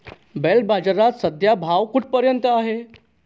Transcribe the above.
बैल बाजारात सध्या भाव कुठपर्यंत आहे?